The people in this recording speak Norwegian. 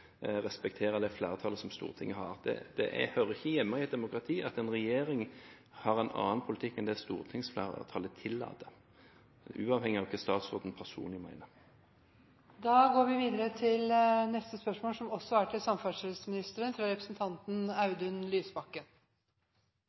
hører ikke hjemme i et demokrati at en regjering har en annen politikk enn det som stortingsflertallet tillater – uavhengig av hva statsråden personlig